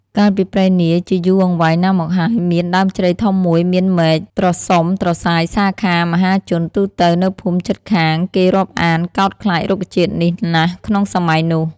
កាលពីព្រេងនាយជាយូរអង្វែងណាស់មកហើយ មានដើមជ្រៃធំមួយមានមែកត្រសុំត្រសាយសាខា មហាជន ទូទៅនៅភូមិជិតខាងគេរាប់អានកោតខ្លាចរុក្ខជាតិនេះណាស់ក្នុងសម័យនោះ។